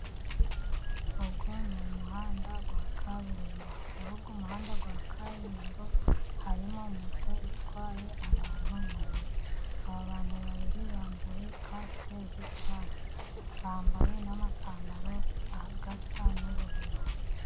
Uyu ni umuhanda wa kaburimbo. Muri uyu muhanda wa kaburimbo harimo moto itwaye abantu babiri. Aba bantu babiri bambaye kasike z'icyatsi, bambaye n'amapantaro asa n'ubururu.